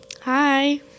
Hi